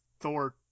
Thor